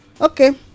Okay